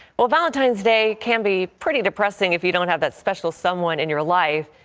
well, valentine's day can be pretty depressing if you don't have that special someone in your life.